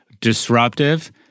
disruptive